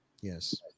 Yes